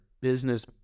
business